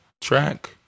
track